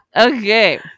Okay